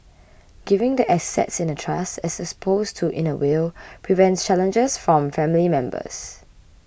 giving the assets in a trust as opposed to in a will prevents challenges from family members